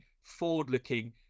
forward-looking